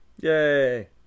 Yay